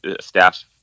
staff